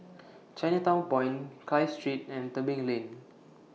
Chinatown Point Clive Street and Tebing Lane